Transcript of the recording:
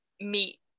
meet